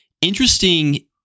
interesting